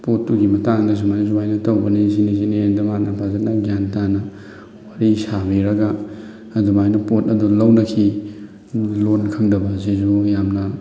ꯄꯣꯠꯇꯨꯒꯤ ꯃꯇꯥꯡꯗ ꯁꯨꯃꯥꯏꯅ ꯁꯨꯃꯥꯏꯅ ꯇꯧꯕꯅꯤ ꯁꯤꯅꯤ ꯁꯤꯅꯤ ꯍꯥꯏꯕꯗ ꯃꯥꯅ ꯐꯖꯅ ꯒ꯭ꯌꯥꯟ ꯇꯥꯅ ꯋꯥꯔꯤ ꯁꯥꯕꯤꯔꯒ ꯑꯗꯨꯃꯥꯏꯅ ꯄꯣꯠ ꯑꯗꯨ ꯂꯧꯅꯈꯤ ꯂꯣꯟ ꯈꯪꯗꯕ ꯑꯁꯤꯁꯨ ꯌꯥꯝꯅ